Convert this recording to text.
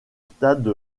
stade